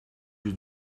you